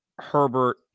Herbert